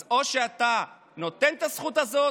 אז או שאתה נותן את הזכות הזאת